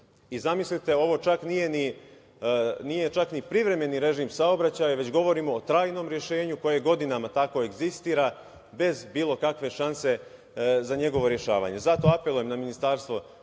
Zamislite, ovo čak nije ni privremeni režim saobraćaj, već govorimo o trajnom rešenju koje godinama tako egzistira, bez bilo kakve šanse za njegovo rešavanje. Zato apelujem na Ministarstvo